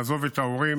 לעזוב את ההורים,